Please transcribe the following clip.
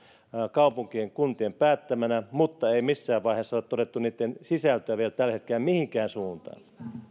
kaupunkien kuntien päättäminä mutta missään vaiheessa ei ole todettu niitten sisältöä vielä tällä hetkellä mihinkään suuntaan